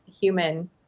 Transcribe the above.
human